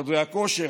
חדרי הכושר,